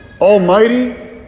Almighty